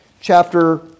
chapter